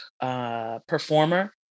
performer